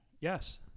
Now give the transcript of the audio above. Yes